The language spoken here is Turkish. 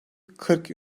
kırk